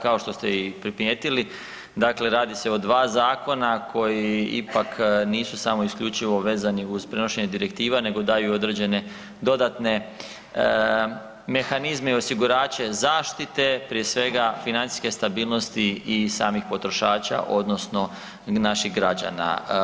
Kao što ste i primijetili radi se o dva zakona koji ipak nisu samo isključivo vezani uz prenošenje direktiva nego daju određene dodatne mehanizme i osigurače zaštite, prije svega financijske stabilnosti i samih potrošača odnosno naših građana.